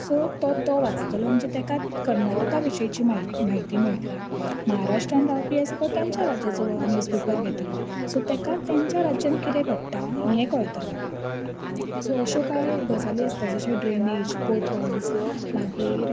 so तो तो वाचतलो म्हणजे ताका कर्नाटका विशयची म्हायती म्हायती मेळटली महाराष्ट्रान रावपी आसा तो तेंच्या राज्याचो अ न्यूज्पेपर घतलो सो तांकां तांच्या राज्यान कितें घडटा हे कळतले सो अशों काय गजाली आसता जशें ड्रेनेज पोट्होल मागीर